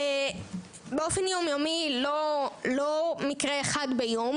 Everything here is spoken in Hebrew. באופן יום-יומי, לא מקרה אחד ביום